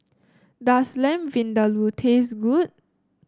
does Lamb Vindaloo taste good